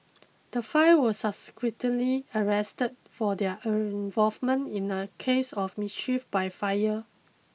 the five were subsequently arrested for their own involvement in a case of mischief by fire